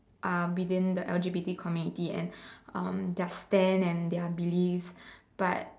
are within the L_G_B_T community and um their stand and their beliefs but